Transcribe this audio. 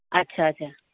अच्छा अच्छा